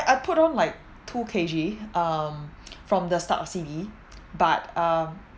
I put on like two K_G um from the start of C_B but um